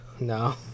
No